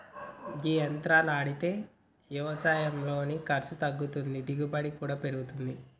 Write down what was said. గీ యంత్రాలు ఆడితే యవసాయంలో ఖర్సు తగ్గుతాది, దిగుబడి కూడా పెరుగుతాది